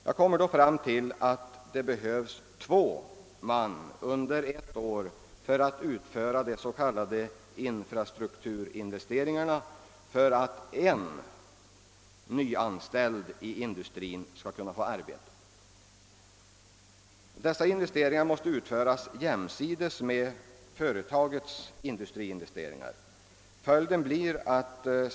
Jag kommer då fram till att det behövs två man under ett år när det gäller att utföra de s.k. infrastrukturinvesteringarna för att en nyanställd i industrin skall kunna få arbete. Dessa investeringar måste utföras jämsides med företagets industriinvesteringar.